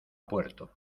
puerto